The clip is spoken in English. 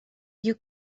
you